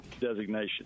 designation